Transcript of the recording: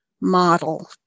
model